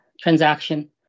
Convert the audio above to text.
transaction